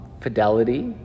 Fidelity